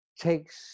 takes